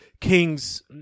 King's